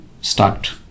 start